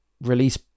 release